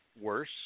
Worse